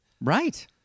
Right